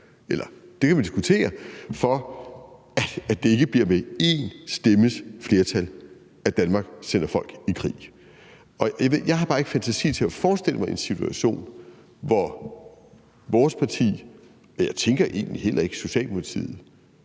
– det kan vi diskutere – for at det ikke bliver ved én stemmes flertal, at Danmark sender folk i krig. Og jeg har bare ikke fantasi til at forestille mig en situation, hvor vores parti – og jeg tænker egentlig heller ikke Socialdemokratiet